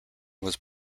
was